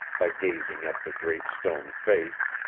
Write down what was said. by gazing at the great stone face.